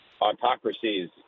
autocracies